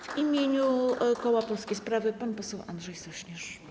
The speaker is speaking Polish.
W imieniu koła Polskie Sprawy pan poseł Andrzej Sośnierz.